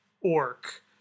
orc